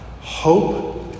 hope